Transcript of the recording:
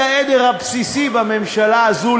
והיא העדר הבסיסי בממשלה הזו,